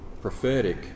prophetic